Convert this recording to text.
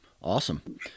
Awesome